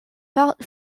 felt